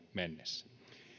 mennessä